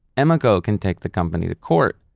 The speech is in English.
emeco can take the company to court.